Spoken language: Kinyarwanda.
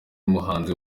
umuhanzi